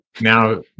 now